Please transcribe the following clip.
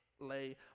Lay